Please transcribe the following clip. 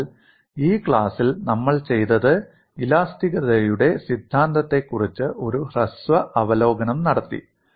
അതിനാൽ ഈ ക്ലാസ്സിൽ നമ്മൾ ചെയ്തത് ഇലാസ്തികതയുടെ സിദ്ധാന്തത്തെക്കുറിച്ച് ഒരു ഹ്രസ്വ അവലോകനം നടത്തി